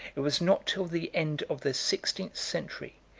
it was not till the end of the sixteenth century,